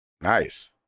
nice